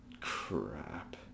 crap